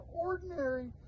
ordinary